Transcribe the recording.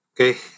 okay